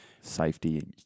Safety